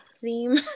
theme